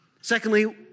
Secondly